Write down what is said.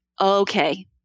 okay